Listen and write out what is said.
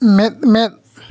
ᱢᱮᱸᱫ ᱢᱮᱸᱫ